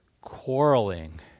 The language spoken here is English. quarreling